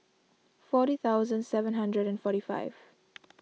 forty thousand seven hundred and forty five